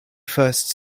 first